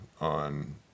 on